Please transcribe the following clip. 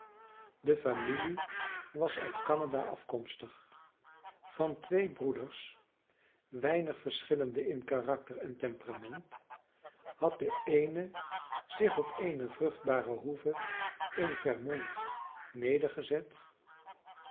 de familie was uit canada afkomstig van twee broeders weinig verschillende in karakter en temperament had de eene zich op eene vruchtbare hoeve in vermont nedergezet